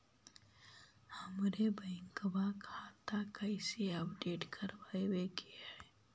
हमर बैंक खाता कैसे अपडेट करबाबे के है?